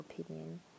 opinion